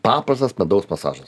paprastas medaus masažas